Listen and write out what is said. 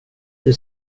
det